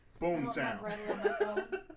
Boomtown